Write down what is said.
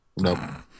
No